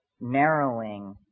narrowing